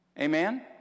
Amen